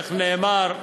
איך נאמר,